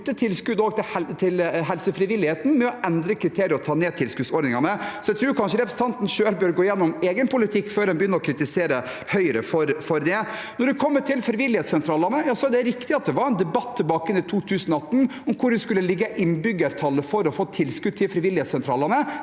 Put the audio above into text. kutte tilskudd til helsefrivilligheten ved å endre kriterier og ta ned tilskuddsordningene. Jeg tror kanskje representanten bør gå gjennom egen politikk før en begynner å kritisere Høyre for det. Når det gjelder frivilligsentralene, er det riktig at det var en debatt i 2018 om hvor en skulle legge innbyggertallet for å få tilskudd til frivilligsentralene.